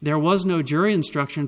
there was no jury instruction